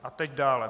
A teď dále.